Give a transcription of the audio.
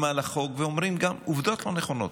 על החוק וגם אומרים עובדות לא נכונות.